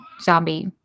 zombie